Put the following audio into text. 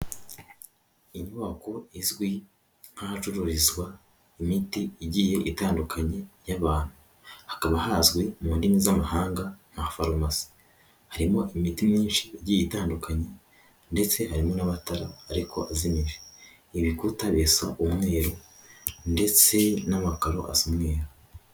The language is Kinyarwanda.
Inyubako izwi nk'ahacururizwa imiti igiye itandukanye y'abantu hakaba hazwi mu ndimi z'amahanga nka farumasi harimo imiti myinshi igiye itandukanye ndetse harimo n'amatara ariko azimije ibikuta bisa umweru ndetse n'amakaro asa umwera.